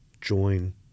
join